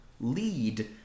lead